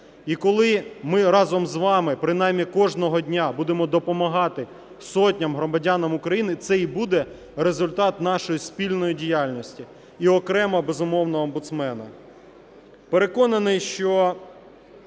І коли ми разом з вами, принаймні кожного дня будемо допомагати сотням громадян України, це і буде результат нашої спільної діяльності і окремо, безумовно, омбудсмена.